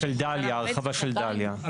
של דליה, ההרחבה של דליה.